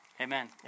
Amen